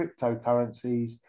cryptocurrencies